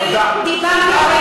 אני דיברתי,